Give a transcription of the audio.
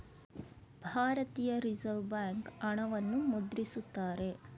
ಭಾರತೀಯ reserve bank ಹಣವನ್ನು ಮುದ್ರಿಸುತ್ತಾರೆ